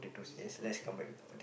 yes let's come back with the potat~